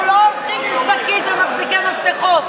אנחנו לא הולכים עם שקית ומחזיקי מפתחות.